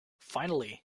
finally